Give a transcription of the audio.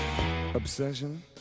obsession